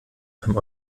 beim